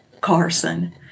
Carson